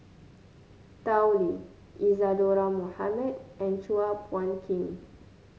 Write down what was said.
Tao Li Isadhora Mohamed and Chua Phung Kim